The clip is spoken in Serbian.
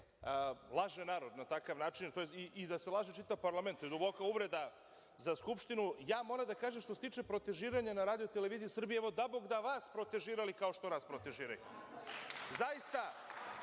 laže narod na takav način, tj. da se laže čitav parlament, jer, to je duboka uvreda za Skupštinu, ja moram da kažem, što se tiče protežiranja na RTS, evo, dabogda vas protežirali kao što nas protežiraju. Zaista